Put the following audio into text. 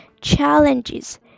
challenges